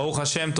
ברוך השם.